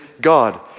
God